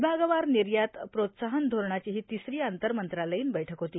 विभागवार निर्यात प्रोत्साहन धोरणाची ही तिसरी आंतरमंत्रालयीन बैठक होती